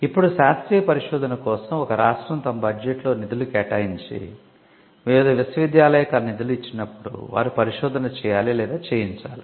ఇప్పుడు శాస్త్రీయ పరిశోధన కోసం ఒక రాష్ట్రం తమ బడ్జెట్లో నిధులు కేటాయించి వివిధ విశ్వవిద్యాలయాలకు ఆ నిధులు ఇచ్చినప్పుడు వారు పరిశోధన చేయాలి లేదా చేయించాలి